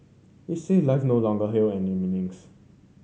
he said life no longer held any meanings